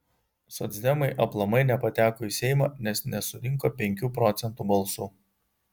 socdemai aplamai nepateko į seimą nes nesurinko penkių procentų balsų